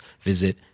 visit